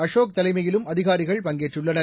அசோக் தலைமையிலும் அதிகாரிகள் பங்கேற்றுள்ளனர்